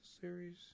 series